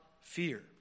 fear